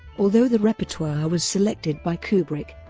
although the repertoire was selected by kubrick,